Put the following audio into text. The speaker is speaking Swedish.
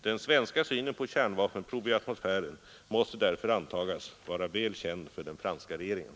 Den svenska synen på kärnvapenprov i atmosfären måste därför antagas vara väl känd för den franska regeringen.